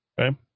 okay